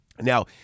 Now